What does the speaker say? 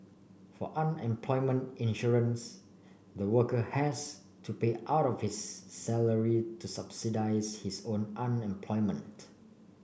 for unemployment insurance the worker has to pay out of his salary to subsidise his own unemployment